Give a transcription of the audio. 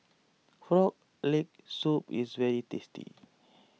Frog Leg Soup is very tasty